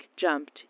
jumped